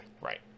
Right